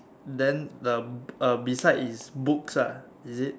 then the uh beside is books ah is it